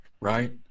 right